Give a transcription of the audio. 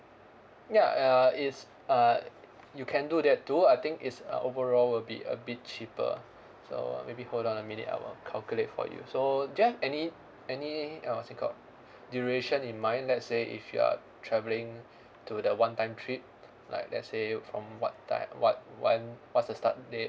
ya uh it's uh you can do that too I think it's uh overall will be a bit cheaper so maybe hold on a minute I will calculate for you so do you have any any uh what's it called duration in mind let's say if you are travelling to the one time trip like let's say from what time what what what's the start date